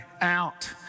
out